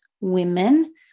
women